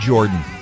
Jordan